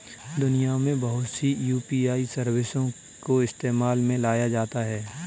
दुनिया में बहुत सी यू.पी.आई सर्विसों को इस्तेमाल में लाया जाता है